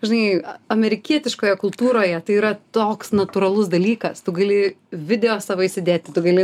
žinai amerikietiškoje kultūroje tai yra toks natūralus dalykas tu gali video savo įsidėti tu gali